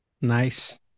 nice